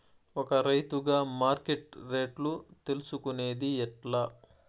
ఒక రైతుగా మార్కెట్ రేట్లు తెలుసుకొనేది ఎట్లా?